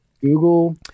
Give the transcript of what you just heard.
Google